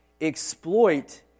exploit